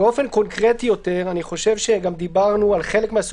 ובאים 10,000 איש.